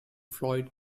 floyd